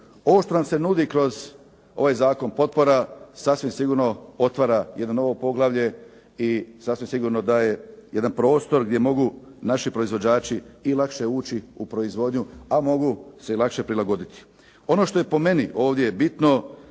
Ovo što nam se nudi kroz ovaj Zakon potpora sasvim sigurno otvara jedno novo poglavlje i sasvim sigurno daje jedan prostor gdje mogu naši proizvođači i lakše ući u proizvodnju, a mogu se i lakše prilagoditi. Ono što je po meni ovdje bitno,